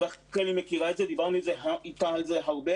רחלי מכירה את זה, דיברנו איתה על זה הרבה